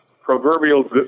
proverbial